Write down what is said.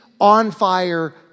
on-fire